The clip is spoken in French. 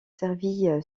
servi